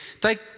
take